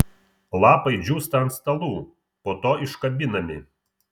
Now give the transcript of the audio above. lapai džiūsta ant stalų po to iškabinami